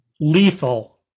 lethal